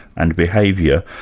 and behaviour,